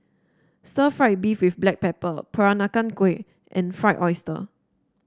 Stir Fried Beef with Black Pepper Peranakan Kueh and Fried Oyster